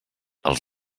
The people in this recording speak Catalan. els